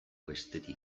bestetik